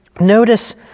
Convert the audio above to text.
notice